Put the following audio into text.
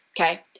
Okay